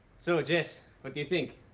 so, jess, what do you think?